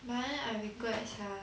but then I regret sia